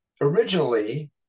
Originally